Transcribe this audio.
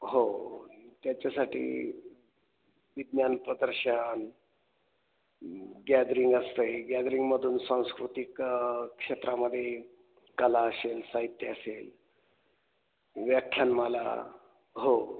हो त्याच्यासाठी विज्ञान प्रदर्शन गॅदरिंग असते गॅदरिंगमधून सांस्कृतिक क्षेत्रामध्ये कला असेल साहित्य असेल व्याख्यानमाला हो